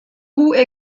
roues